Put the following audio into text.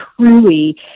truly